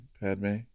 Padme